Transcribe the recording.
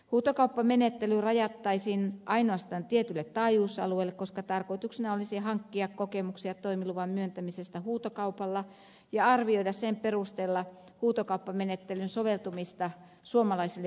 huutokauppamenettely rajattaisiin ainoastaan tietylle taajuusalueelle koska tarkoituksena olisi hankkia kokemuksia toimiluvan myöntämisestä huutokaupalla ja arvioida sen perusteella huutokauppamenettelyn soveltumista suomalaisille viestintämarkkinoille